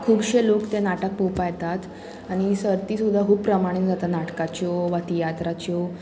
खुबशे लोक ते नाटक पळोवपा येतात आनी सर्ती सुद्दा खूब प्रमाणेन जाता नाटकाच्यो वा तियात्राच्यो